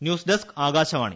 news desk Akashvani